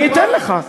אני אתן לך.